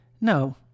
no